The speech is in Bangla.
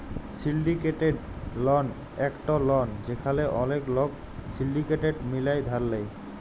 সিলডিকেটেড লন একট লন যেখালে ওলেক লক সিলডিকেট মিলায় ধার লেয়